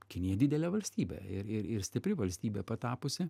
kinija didelė valstybė ir ir ir stipri valstybė patapusi